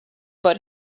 but